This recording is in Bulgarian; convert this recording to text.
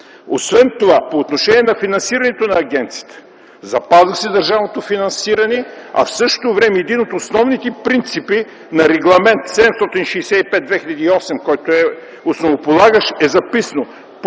Освен това по отношение на финансирането на агенцията. Запазва се държавното финансиране, а в същото време в един от основните принципи на Регламент 765/2008, който е основополагащ, е записано: